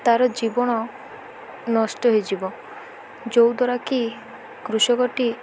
ତା'ର ଜୀବଣ ନଷ୍ଟ ହୋଇଯିବ ଯେଉଁଦ୍ୱାରା କି କୃଷକଟି